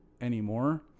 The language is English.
anymore